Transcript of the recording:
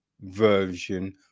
version